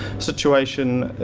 situation,